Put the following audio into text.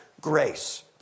grace